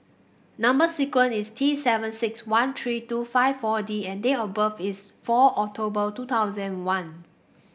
number sequence is T seven six one three two five four D and date of birth is four October two thousand and one